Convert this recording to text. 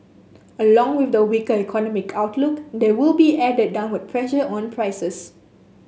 along with the weaker economic outlook there will be added downward pressure on prices